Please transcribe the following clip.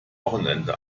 wochenende